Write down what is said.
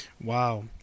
wow